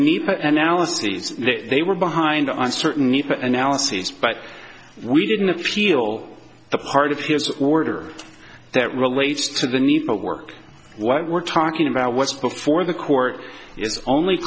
need analyses they were behind on certain analyses but we didn't appeal the part of his order that relates to the need for work why we're talking about what's before the court is only